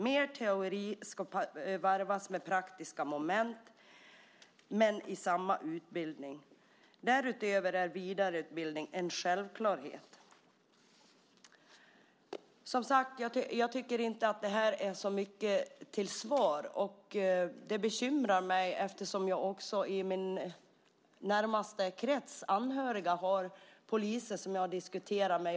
Mer teori ska varvas med praktiska moment men i samma utbildning. Därutöver är vidareutbildning en självklarhet. Jag tycker som sagt inte att det här är så mycket till svar. Det bekymrar mig, eftersom jag också i min närmaste krets av anhöriga har poliser som jag diskuterar med.